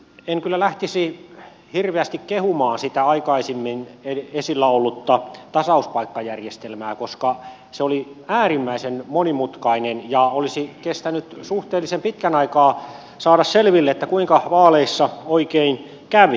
en kyllä lähtisi hirveästi kehumaan sitä aikaisemmin esillä ollutta tasauspaikkajärjestelmää koska se oli äärimmäisen monimutkainen ja olisi kestänyt suhteellisen pitkän aikaa saada selville kuinka vaaleissa oikein kävi